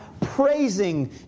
praising